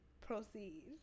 Proceed